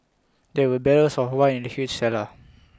there were barrels of wine in the huge cellar